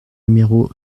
numéro